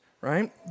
Right